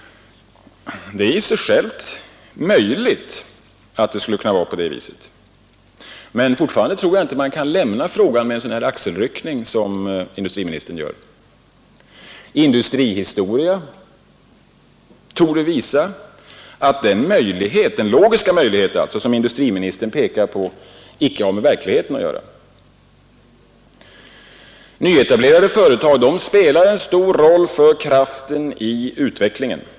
Det är i sig själv möjligt att det skulle kunna vara på det sättet. Men fortfarande tror jag inte att man kan lämna frågan med en axelryckning som industriministern gör. Industrihistoria torde visa att den logiska möjlighet som industriministern pekar på icke har med verkligheten att göra. Nyetablerade företag spelar en stor roll för kraften i utvecklingen.